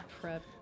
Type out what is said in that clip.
prep